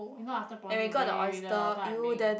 you know after prawning that day with the 老大 and ming